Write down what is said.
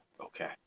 okay